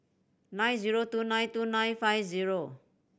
nine zero two nine two nine five zero